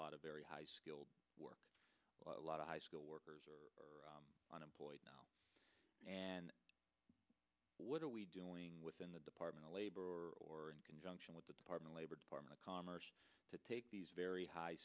lot of very high skilled work a lot of high skilled workers are unemployed now and what are we doing within the department of labor or in conjunction with the department labor department of commerce to take these very high